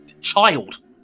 child